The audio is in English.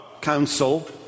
council